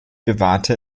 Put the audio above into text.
bewahrte